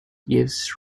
gives